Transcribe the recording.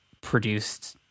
produced